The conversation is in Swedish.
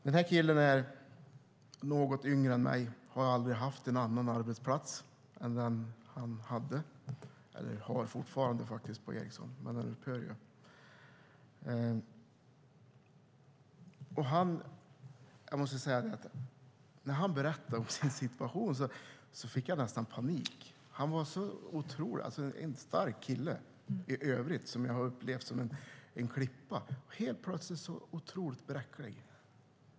Den här killen är något yngre än jag och har aldrig haft någon annan arbetsplats än den som han fortfarande har på Ericsson men som snart upphör. När han berättade om sin situation fick jag nästan panik. Det är en stark kille i övrigt. Jag har upplevt honom som en klippa. Men helt plötsligt är han så otroligt bräcklig.